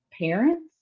parents